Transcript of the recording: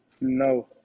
No